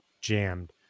jammed